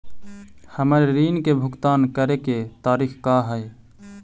हमर ऋण के भुगतान करे के तारीख का हई?